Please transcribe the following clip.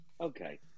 Okay